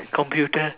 computer